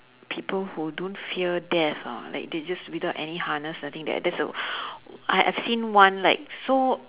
people who don't fear death hor like they just without any harness I think that that's a I I've seen one like so